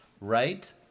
Right